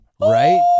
Right